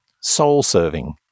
soul-serving